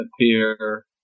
appear